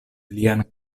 lian